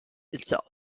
itself